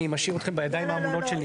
אני משאיר אתכם בידיים האמונות של ניצן.